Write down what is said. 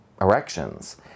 erections